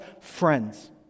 friends